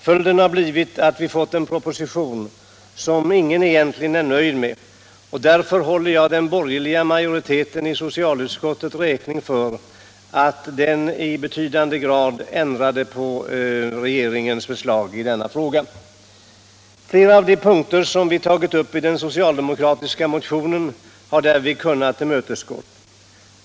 Följden har blivit att vi fått en proposition som ingen egentligen är nöjd med, och därför håller jag den borgerliga majoriteten i skatteutskottet räkning för att den i betydande utsträckning ändrat på regeringens förslag i denna fråga. Flera av de punkter vi tagit upp i den socialdemokratiska motionen har kunnat tillmötesgås under utskottsbehandlingen.